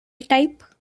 type